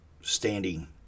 standing